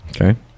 Okay